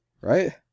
Right